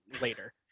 Later